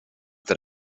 that